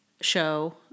show